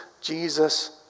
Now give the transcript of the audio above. Jesus